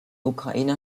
ukrainer